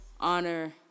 honor